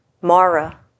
Mara